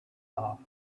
off